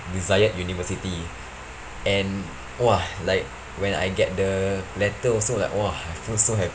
desired university and !wah! like when I get the letter also like !wah! I feel so happy